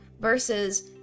versus